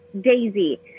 Daisy